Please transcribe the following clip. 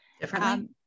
differently